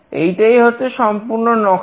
এইটাই হচ্ছে সম্পূর্ণ নকশা